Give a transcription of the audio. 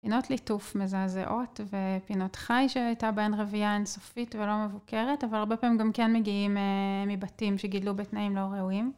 פינות ליטוף מזעזעות ופינות חי שהייתה בהן רבייה אינסופית ולא מבוקרת אבל הרבה פעמים גם כן מגיעים מבתים שגידלו בתנאים לא ראויים